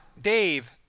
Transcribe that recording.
Dave